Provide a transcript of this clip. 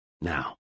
Now